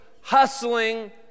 hustling